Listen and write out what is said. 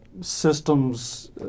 Systems